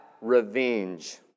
revenge